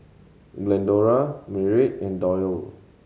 Glendora Merritt and Dollye